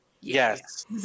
Yes